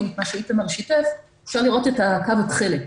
את מה שאיתמר שיתף אפשר לראות את הקו התכלת.